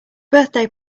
birthday